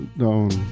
down